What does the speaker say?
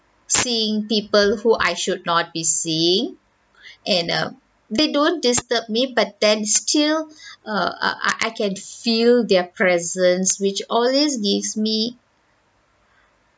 seeing people who I should not be seeing and err they don't disturb me but then still err err I can feel their presence which always gives me